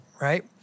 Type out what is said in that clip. Right